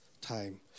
time